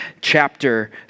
chapter